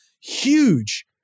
huge